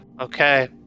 Okay